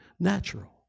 natural